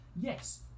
Yes